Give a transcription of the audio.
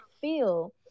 feel